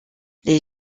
les